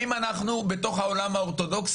אנחנו מתחילים את הדיון הראשון,